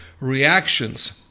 reactions